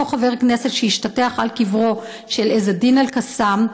אותו חבר כנסת שהשתטח על קברו של עז א-דין אל-קסאם,